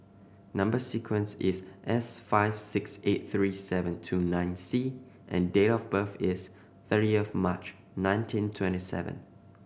number sequence is S five six eight three seven two nine C and date of birth is thirtieth March nineteen twenty seven